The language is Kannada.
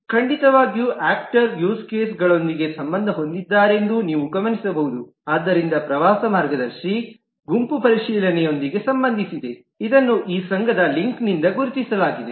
ಖಂಡಿತವಾಗಿಯೂ ಆಕ್ಟರ್ ಯೂಸ್ ಕೇಸ್ಗಳೊಂದಿಗೆ ಸಂಬಂಧ ಹೊಂದಿದ್ದಾರೆಂದು ನೀವು ಗಮನಿಸಬಹುದು ಆದ್ದರಿಂದ ಪ್ರವಾಸ ಮಾರ್ಗದರ್ಶಿ ಗುಂಪು ಪರಿಶೀಲನೆಯೊಂದಿಗೆ ಸಂಬಂಧಿಸಿದೆ ಇದನ್ನು ಈ ಸಂಘದ ಲಿಂಕ್ನಿಂದ ಗುರುತಿಸಲಾಗಿದೆ